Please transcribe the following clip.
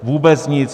Vůbec nic.